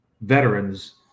veterans